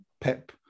Pep